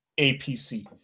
APC